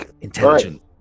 intelligent